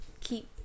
keep